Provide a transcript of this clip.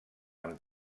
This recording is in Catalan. amb